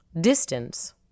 Distance